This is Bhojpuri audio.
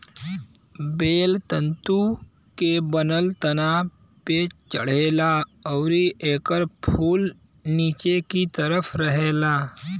बेल तंतु के बनल तना पे चढ़ेला अउरी एकर फूल निचे की तरफ रहेला